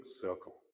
circle